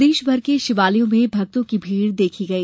प्रदेश भर के शिवालयों में भक्तों की भीड़ देखी गई